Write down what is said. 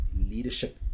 leadership